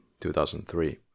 2003